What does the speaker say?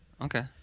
Okay